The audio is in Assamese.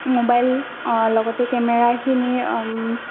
নিজৰ মবাইল লগতে কেমেৰা সেইখিনি